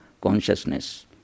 consciousness